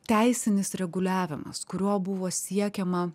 teisinis reguliavimas kuriuo buvo siekiama